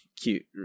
cute